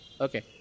okay